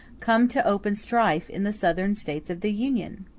come to open strife in the southern states of the union?